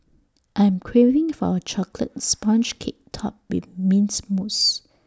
I am craving for A Chocolate Sponge Cake Topped with Mint Mousse